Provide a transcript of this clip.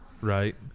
Right